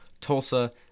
Tulsa